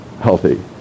healthy